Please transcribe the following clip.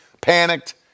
panicked